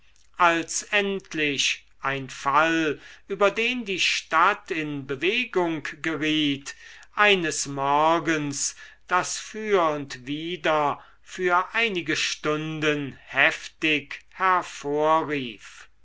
als endlich ein fall über den die stadt in bewegung geriet eines morgens das für und wider für einige stunden heftig hervorrief